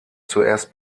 zuerst